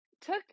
took